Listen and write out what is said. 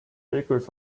bakers